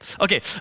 Okay